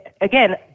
Again